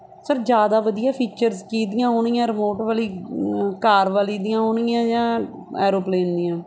sir ਜ਼ਿਆਦਾ ਵਧੀਆ features ਕਿਸ ਦੀਆਂ ਹੋਣਗੀਆਂ ਰਿਮੋਟ ਵਾਲੀ ਕਾਰ ਵਾਲੀ ਦੀਆਂ ਹੋਣਗੀਆਂ ਜਾਂ ਐਰੋਪਲੇਨ ਦੀਆਂ